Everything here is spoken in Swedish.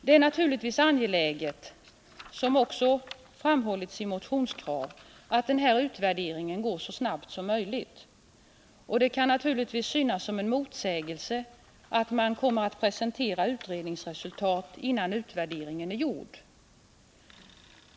Det är naturligtvis angeläget, som också framhållits i motionskrav, att denna utvärdering går så snabbt som möjligt. Det kan synas som en motsägelse att man kommer att presentera utredningsresultatet innan utvärderingen är gjord.